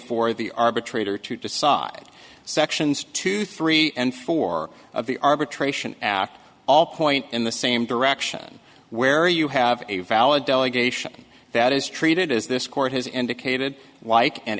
for the arbitrator to decide sections two three and four of the arbitration after all point in the same direction where you have a valid delegation that is treated as this court has indicated like an